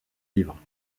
livres